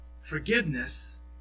Forgiveness